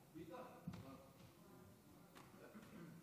אדוני היושב-ראש,